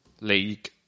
league